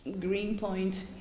Greenpoint